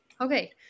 Okay